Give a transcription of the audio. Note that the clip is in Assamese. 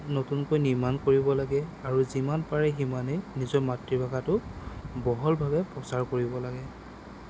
নতুনকৈ নিৰ্মাণ কৰিব লাগে আৰু যিমান পাৰে সিমানেই নিজৰ মাতৃভাষাটো বহলভাৱে প্ৰচাৰ কৰিব লাগে